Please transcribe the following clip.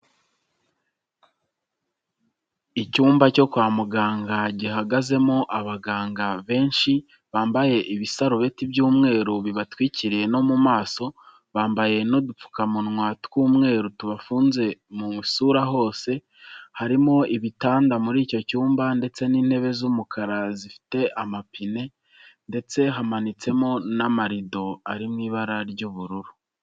Icyumba cyo kwa muganga gihagazemo abaganga benshi bambaye ibisarubeti by'umweru bibatwikiriye no mu maso, bambaye n'udupfukamunwa tw'umweru tubafunze mu isura hose, harimo ibitanda muri icyo cyumba ndetse n'intebe z'umukara zifite amapine ndetse hamanitsemo n'amarido ari mu ibara ry'ubururu.